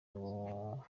uwo